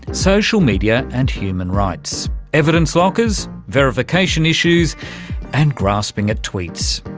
social media and human rights evidence lockers, verification issues and grasping at tweets.